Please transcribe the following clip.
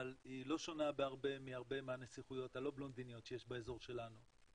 אבל היא לא שונה בהרבה מהנסיכויות הלא בלונדיניות שיש באזור שלנו.